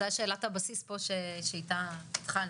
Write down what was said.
זו שאלת הבסיס שאיתה התחלנו.